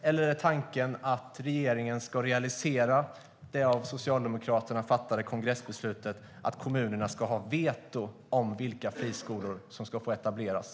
Eller är tanken att regeringen ska realisera det av Socialdemokraterna fattade kongressbeslutet: att kommunerna ska ha veto i fråga om vilka friskolor som ska få etableras?